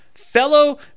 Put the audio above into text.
fellow